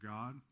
God